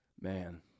Man